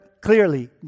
clearly